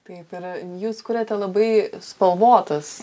taip yra jūs kuriate labai spalvotas